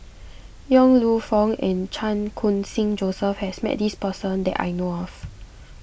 Yong Lew Foong and Chan Khun Sing Joseph has met this person that I know of